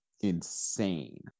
insane